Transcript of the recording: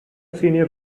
senior